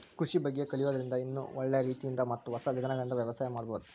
ಕೃಷಿ ಬಗ್ಗೆ ಕಲಿಯೋದ್ರಿಂದ ಇನ್ನೂ ಒಳ್ಳೆ ರೇತಿಯಿಂದ ಮತ್ತ ಹೊಸ ವಿಧಾನಗಳಿಂದ ವ್ಯವಸಾಯ ಮಾಡ್ಬಹುದು